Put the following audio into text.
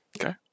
Okay